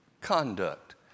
conduct